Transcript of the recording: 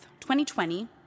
2020